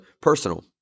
personal